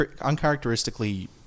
uncharacteristically